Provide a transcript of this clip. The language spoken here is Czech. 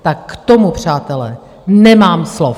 Tak k tomu, přátelé, nemám slov!